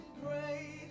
great